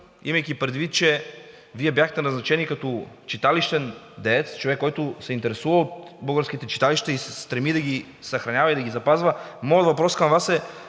имайки предвид, че Вие бяхте назначен като читалищен деец, човек, който се интересува от българските читалища и се стреми да ги съхранява и да ги запазва, моят въпрос към Вас е: